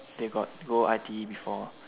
they got go I_T_E before